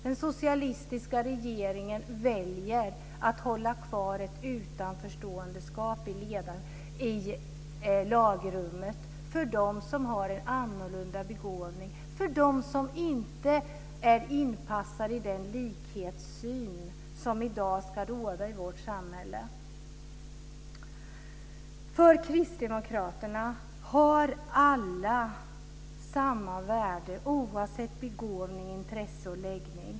Den socialistiska regeringen väljer att behålla ett utanförskap i lagrummet när det gäller dem som har en annorlunda begåvning, för dem som inte är inpassade i den likhetssyn som i dag ska råda i vårt samhälle. För kristdemokraterna har alla samma värde oavsett begåvning, intresse och läggning.